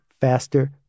faster